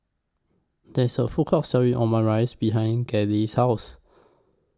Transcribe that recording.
There's A Food Court Selling Omurice behind Gladyce's House